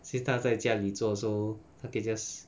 since 他在家里做 so 他可以 just